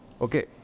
Okay